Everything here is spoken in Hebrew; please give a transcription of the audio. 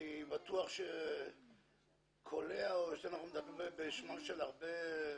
אני בטוח שאנחנו מדברים בשמם של הרבה,